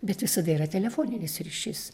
bet visada yra telefoninis ryšys